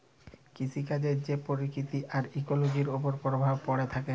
কিসিকাজের যে পরকিতি আর ইকোলোজির উপর পরভাব প্যড়ে থ্যাকে